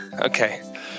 Okay